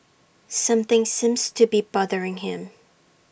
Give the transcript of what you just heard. something seems to be bothering him